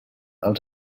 als